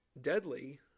deadly